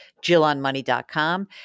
jillonmoney.com